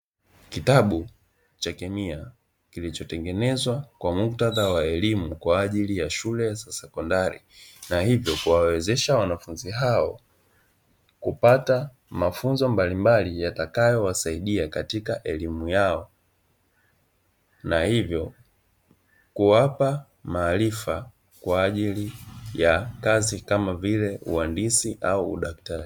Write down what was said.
Kitabu cha kemia kilichotengenezwa kwa muktadha wa elimu kwa ajili ya shule za sekondari na hivyo kuwawezesha wanafunzi hao kupata mafunzo mbalimbali yatakayowasaidia katika elimu yao, na hivyo kuwapa maarifa kwa ajili ya kazi kama vile uhandisi au udaktari.